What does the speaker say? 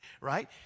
Right